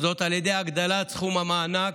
זאת על ידי הגדלת סכום המענק,